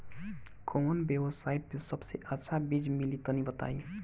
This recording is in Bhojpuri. कवन वेबसाइट पर सबसे अच्छा बीज मिली तनि बताई?